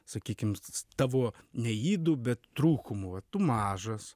sakykim tavo ne ydų bet trūkumų va tu mažas